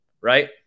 right